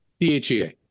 DHEA